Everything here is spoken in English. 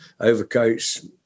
overcoats